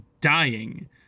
dying